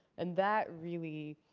and that really,